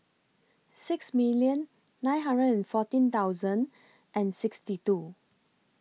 six million nine hundred and fourteen thousand and sixty two